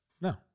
No